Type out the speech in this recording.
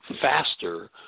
faster